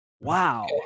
wow